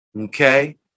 okay